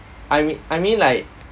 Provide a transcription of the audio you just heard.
I mea~ I mean like